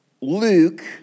Luke